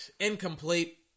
Incomplete